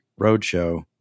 roadshow